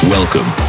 Welcome